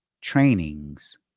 trainings